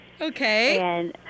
Okay